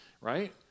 right